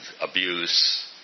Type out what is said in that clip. abuse